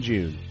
June